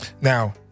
Now